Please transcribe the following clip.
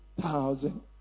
thousand